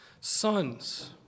Sons